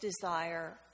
desire